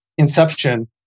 Inception